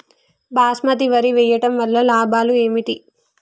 బాస్మతి వరి వేయటం వల్ల లాభాలు ఏమిటి?